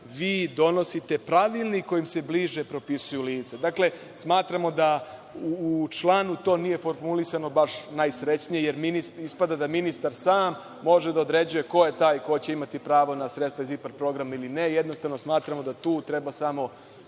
vi donosite pravilnik kojim se bliže propisuju lica. Smatrao da u članu to nije formulisano baš najsrećnije, jer ispada da ministar sam može da određuje ko je taj ko će imati pravo na sredstva iz IPARD programa ili ne. Jednostavno smatramo da tu treba samo